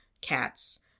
cats